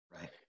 Right